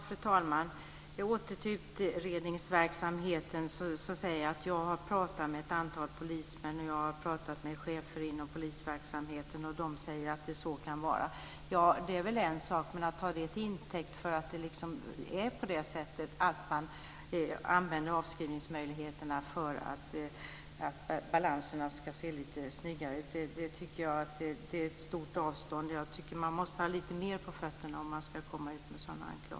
Fru talman! När det gäller utredningsverksamheten säger Ragnwi att hon har pratat med ett antal polismän och chefer inom polisverksamheten och de säger att så kan det vara. Ja, det är väl en sak. Men sedan tar hon det till intäkt för att det är på det sättet, att man använder avskrivningsmöjligheterna för att balanserna ska se lite snyggare ut. Dit tycker jag att avståndet är stort. Man måste ha lite mer på fötterna om man ska gå ut med sådana anklagelser.